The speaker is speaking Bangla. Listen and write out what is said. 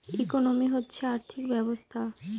ইকোনমি হচ্ছে আর্থিক ব্যবস্থা